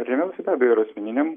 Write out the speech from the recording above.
rėmiausi be abejo ir asmeninėm